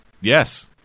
Yes